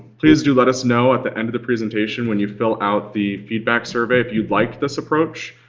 please do let us know at the end of the presentation when you fill out the feedback survey if you like this approach.